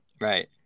Right